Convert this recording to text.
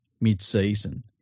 mid-season